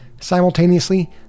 Simultaneously